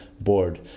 board